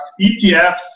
ETFs